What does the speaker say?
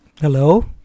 Hello